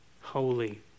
holy